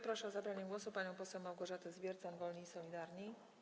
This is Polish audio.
Proszę o zabranie głosu panią poseł Małgorzatę Zwiercan, Wolni i Solidarni.